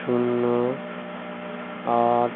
শূন্য আট